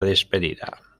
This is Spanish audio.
despedida